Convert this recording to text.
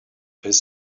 his